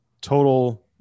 total